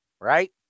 Right